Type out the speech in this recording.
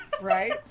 Right